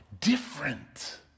different